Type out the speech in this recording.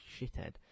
shithead